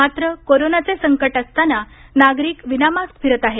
मात्र कोरोनाचे संकट असताना नागरिक विनामास्क फिरत आहे